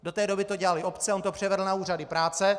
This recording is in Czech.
Do té doby to dělaly obce a on to převedl na úřady práce.